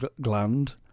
gland